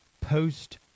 Post